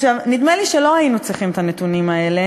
נדמה לי שלא היינו צריכים את הנתונים האלה